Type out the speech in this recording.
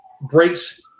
breaks